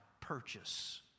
purchase